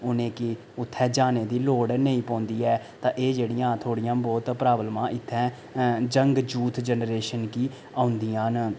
उनेंगी उत्थें जाने दी लोड़ नेईं पौंदी ऐ तां एह् जेह्ड़ियां थोह्ड़ियां बोह्त प्राब्लमां जेह्ड़ियां इत्थें यंग यूथ जनरेशन गी औंदियां न